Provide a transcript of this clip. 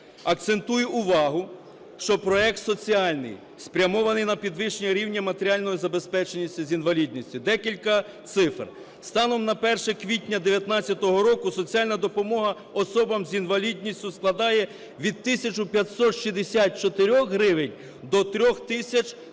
Акцентую увагу, що проект соціальний, спрямований на підвищення рівня матеріального забезпечення людей з інвалідністю. Декілька цифр. Станом на 1 квітня 19-го року соціальна допомога особам з інвалідністю складає від тисячи 564 гривень до 3 тисяч 365,